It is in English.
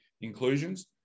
inclusions